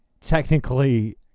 technically